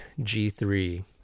g3